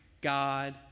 God